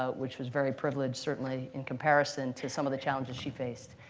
ah which was very privileged, certainly, in comparison to some of the challenges she faced.